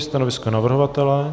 Stanovisko navrhovatele?